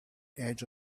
edge